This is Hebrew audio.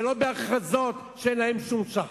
ולא בהכרזות שאין להן שום שחר.